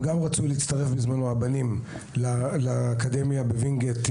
הם גם רצו להצטרף בזמנו הבנים לאקדמיה בווינגיט,